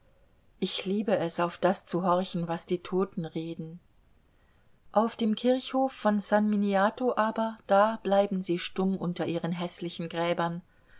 ich liebe es auf das zu horchen was die toten reden auf dem kirchhof von san miniato aber da bleiben sie stumm unter ihren häßlichen gräbern